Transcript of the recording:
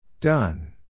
Done